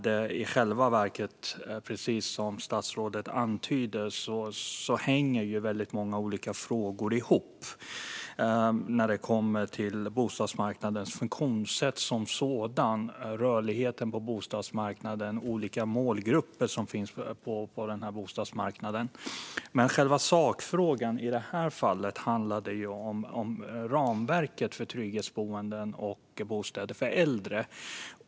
Men i själva verket, precis som statsrådet antyder, hänger väldigt många olika frågor ihop när det kommer till bostadsmarknadens funktionssätt som sådant, rörligheten på bostadsmarknaden och olika målgrupper som finns på denna bostadsmarknad. Men själva sakfrågan i detta fall handlar om ramverket för trygghetsboenden och bostäder för äldre.